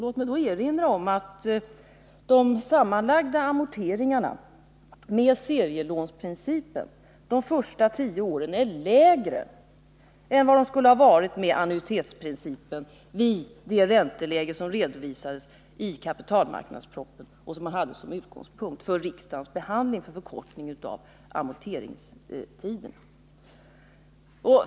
Låt mig då erinra om att de sammanlagda amorteringarna med serielåneprincipen under de första tio åren är lägre än vad de skulle ha varit med annuitetsprincipen vid det ränteläge som redovisades i kapitalmarknadspropositionen, som riksdagen hade som utgångspunkt för sin behandling beträffande förkortningen av amorteringstiderna.